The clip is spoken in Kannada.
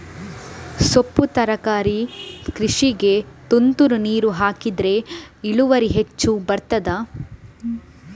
ಸೊಪ್ಪು ತರಕಾರಿ ಕೃಷಿಗೆ ತುಂತುರು ನೀರು ಹಾಕಿದ್ರೆ ಇಳುವರಿ ಹೆಚ್ಚು ಬರ್ತದ?